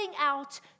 out